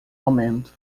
momento